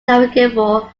navigable